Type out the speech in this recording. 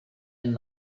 and